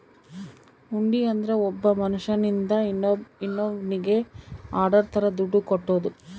ಹುಂಡಿ ಅಂದ್ರ ಒಬ್ಬ ಮನ್ಶ್ಯನಿಂದ ಇನ್ನೋನ್ನಿಗೆ ಆರ್ಡರ್ ತರ ದುಡ್ಡು ಕಟ್ಟೋದು